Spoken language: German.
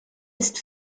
ist